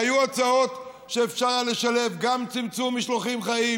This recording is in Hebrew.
והיו הצעות שאפשר לשלב גם צמצום במשלוחים החיים